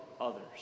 others